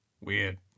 Weird